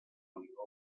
unió